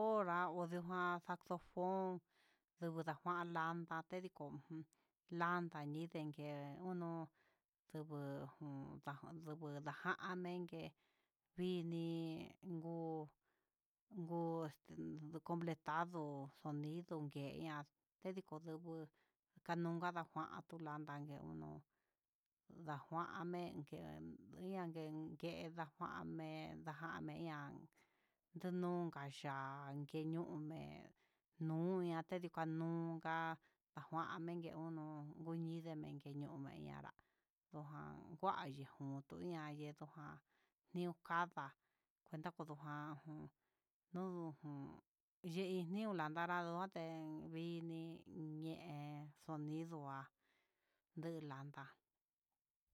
Onra dukujan saxsofón kuda nguan landa tediko ju ndanda iin ndengue uno tujun ndajan mengue vinii ngo ngo, este de completado sonido ké ña'a denduku nduu, dakuan ndaka ninuu ndajuan mkengue ian kuen ndajan men ndajan meian nunka ya'á keñun me'en nuña tedii ka nunnga, ndaguan niken ngun kudín nde ndekeñú ndá, ajan ndakua ni yugun tuñade tunguan, niukada cuenta kudujan njun niu yenió landará ndoten vinii, ñee sonido há ndelandá.